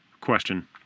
question